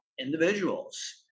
individuals